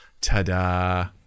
Ta-da